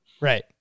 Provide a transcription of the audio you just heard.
Right